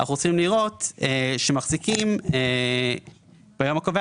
אנחנו רוצים לראות שמחזיקים ביום הקובע